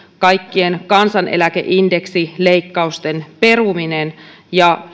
kaikkien kansaneläkeindeksileikkausten peruminen ja